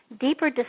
deeper